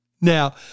now